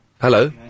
Hello